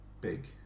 Big